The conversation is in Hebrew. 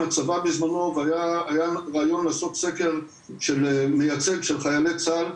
הצבא בזמנו והיה רעיון לעשות סקר של מיצג של חיילי צה"ל,